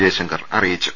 ജയശങ്കർ അറിയിച്ചു